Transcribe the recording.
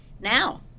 Now